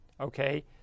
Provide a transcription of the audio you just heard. okay